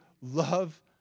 love